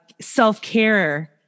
self-care